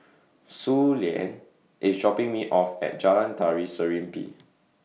Suellen IS dropping Me off At Jalan Tari Serimpi